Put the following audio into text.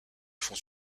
font